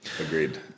Agreed